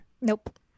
Nope